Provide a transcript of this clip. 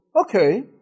Okay